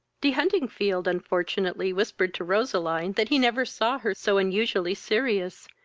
de huntingfield unfortunately whispered to roseline that he never saw her so unusually serious,